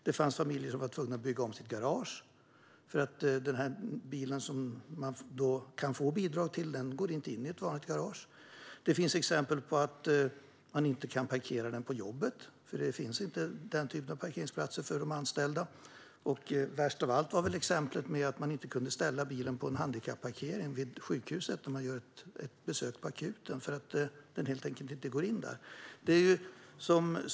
Det finns familjer som är tvungna att bygga om sitt garage för att den bil som man kan få bidrag till inte går in i ett vanligt garage. Det finns exempel på att man inte kan parkera bilen på jobbet därför att den typen av parkeringsplatser inte finns för de anställda. Värst av allt var exemplet att man inte kunde ställa bilen på en handikappparkering vid sjukhuset när man gör ett besök på akuten därför att den helt enkelt inte går in.